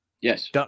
yes